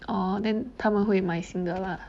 oh then 他们会买新的 lah